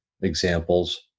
examples